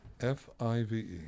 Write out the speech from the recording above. F-I-V-E